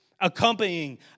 accompanying